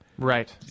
Right